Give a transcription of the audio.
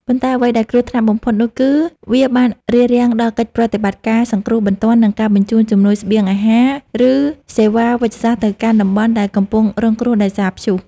ប៉ុន្តែអ្វីដែលគ្រោះថ្នាក់បំផុតនោះគឺវាបានរារាំងដល់កិច្ចប្រតិបត្តិការសង្គ្រោះបន្ទាន់ និងការបញ្ជូនជំនួយស្បៀងអាហារ ឬសេវាវេជ្ជសាស្ត្រទៅកាន់តំបន់ដែលកំពុងរងគ្រោះដោយសារព្យុះ។